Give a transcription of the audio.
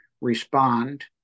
respond